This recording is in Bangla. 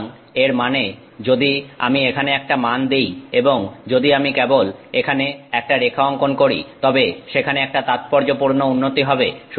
সুতরাং এর মানে যদি আমি এখানে একটা মান নিই এবং যদি আমি কেবল এখানে একটা রেখা অঙ্কন করি তবে সেখানে একটা তাৎপর্যপূর্ণ উন্নতি হবে